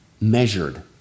measured